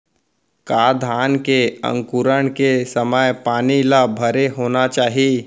का धान के अंकुरण के समय पानी ल भरे होना चाही?